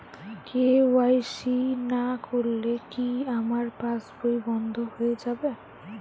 KYC না করলে কি আমার পাশ বই বন্ধ হয়ে যাবে?